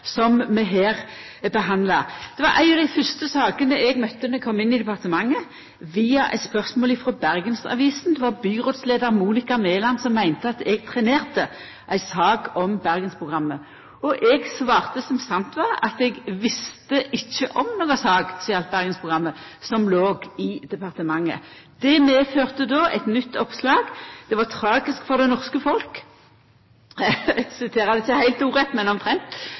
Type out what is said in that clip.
som vi her behandlar. Det var ei av dei fyrste sakene som eg møtte då eg kom inn i departementet, via eit spørsmål frå Bergensavisen – det var byrådsleiar Monica Mæland som meinte at eg trenerte ei sak om Bergensprogrammet. Eg svarte som sant var, at eg visste ikkje om noka sak som gjaldt Bergensprogrammet, som låg i departementet. Det førte då med seg eit nytt oppslag: Det var tragisk for det norske folk – eg siterer det ikkje heilt ordrett, men